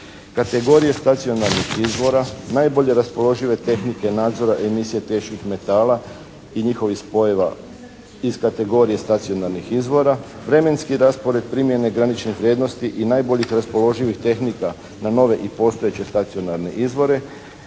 kategoriju stacionarnih izvora, najbolje raspoložive tehnike nadzora emisije teških metala i njihovih spojeva iz kategorije stacionarnih izvora, vremenski raspored primjene granične vrijednosti i najboljih raspoloživih tehnika na nove i postojeće stacionarne izvore,